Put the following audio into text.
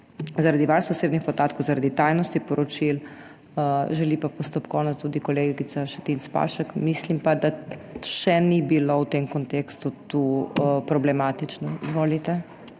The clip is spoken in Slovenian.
zaradi varstva osebnih podatkov, zaradi tajnosti poročil. Želi pa postopkovno tudi kolegica Šetinc Pašek. Mislim pa, da v tem kontekstu še ni bilo problematično. Izvolite.